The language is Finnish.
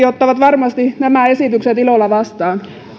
ottavat varmasti nämä esitykset ilolla vastaan